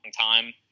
time